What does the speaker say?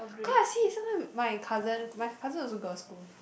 cause I see sometime my cousin my cousin also girl school